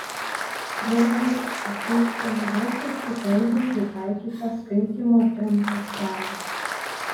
liozeris pateikia vokiečių kalbai pritaikytą skaitymo tempo skalę